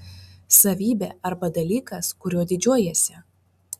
savybė arba dalykas kuriuo didžiuojiesi